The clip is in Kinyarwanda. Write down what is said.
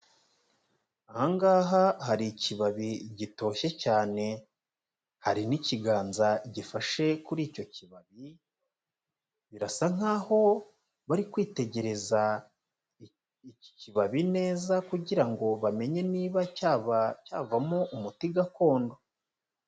Aha ngaha hari ikibabi gitoshye cyane hari n'ikiganza gifashe kuri icyo kibabi, birasa nkaho bari kwitegereza iki kibabi neza kugira ngo bamenye niba cyaba cyavamo umuti gakondo.